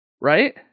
Right